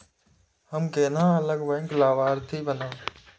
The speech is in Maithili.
हम केना अलग बैंक लाभार्थी बनब?